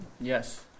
Yes